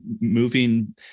moving